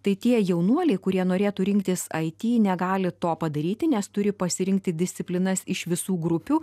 tai tie jaunuoliai kurie norėtų rinktis ai ty negali to padaryti nes turi pasirinkti disciplinas iš visų grupių